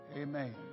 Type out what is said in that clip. Amen